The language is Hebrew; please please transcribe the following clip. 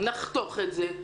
נחתוך את זה,